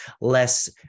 less